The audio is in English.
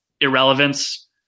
irrelevance